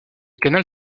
canal